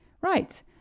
right